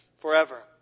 forever